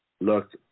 look